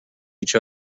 each